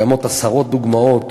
קיימות עשרות דוגמות